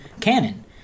canon